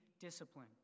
discipline